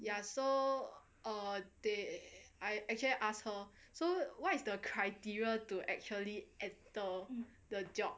ya so err they I actually asked her so what is the criteria to actually enter the job